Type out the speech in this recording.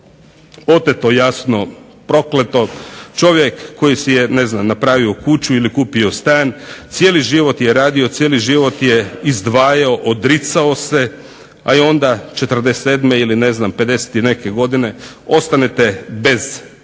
Oteto jasno prokleto, čovjek koji si je ne znam napravio kuću ili kupio stan, cijeli život je radio, cijeli život je izdvajao, odricao se, a onda '47. ili ne znam '50. i neke godine ostanete bez njega,